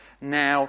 now